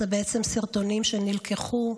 אלה בעצם סרטונים שנלקחו,